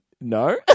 No